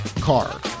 car